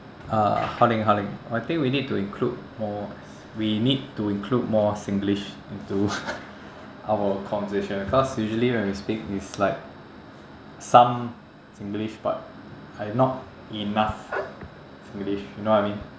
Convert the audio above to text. uh hao ling hao ling I think we need to include more we need to include more singlish into our conversation because usually when we speak it's like some singlish but like not enough singlish you know what I mean